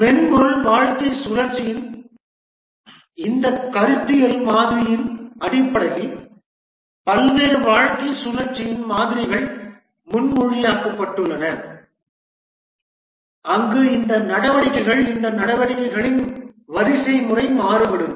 மென்பொருள் வாழ்க்கைச் சுழற்சியின் இந்த கருத்தியல் மாதிரியின் அடிப்படையில் பல்வேறு வாழ்க்கை சுழற்சி மாதிரிகள் முன்மொழியப்பட்டுள்ளன அங்கு இந்த நடவடிக்கைகள் இந்த நடவடிக்கைகளின் வரிசைமுறை மாறுபடும்